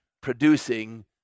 producing